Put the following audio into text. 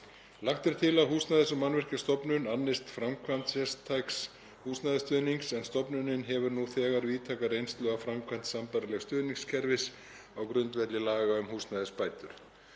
Lagt er til að Húsnæðis- og mannvirkjastofnun annist framkvæmd sértæks húsnæðisstuðnings en stofnun hefur nú þegar víðtæka reynslu af framkvæmd sambærilegs stuðningskerfis á grundvelli laga um húsnæðisbætur.